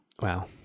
wow